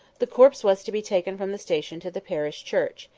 the corpse was to be taken from the station to the parish church,